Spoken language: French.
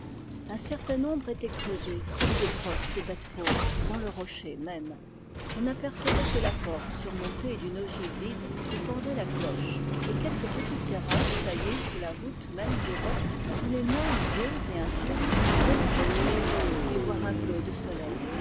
un certain nombre étaient creusées comme des grottes de bêtes fauves dans le rocher même on n'apercevait que la porte surmontée d'une ogive vide ou pendait la cloche et quelques petites terrasses taillées sous la voûte même du roc où les moines vieux et infirmes venaient respirer l'air et voir un peu de soleil